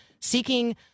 seeking